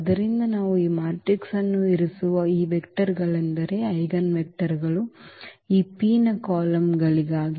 ಆದ್ದರಿಂದ ನಾವು ಈ ಮ್ಯಾಟ್ರಿಕ್ಸ್ ಅನ್ನು ಇರಿಸುವ ಈ ವೆಕ್ಟರ್ಗಳೆಂದರೆ ಐಜೆನ್ ವೆಕ್ಟರ್ಗಳು ಈ P ಯ ಕಾಲಮ್ಗಳಾಗಿ